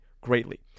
greatly